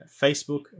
Facebook